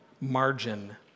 Margin